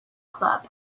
club